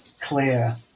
clear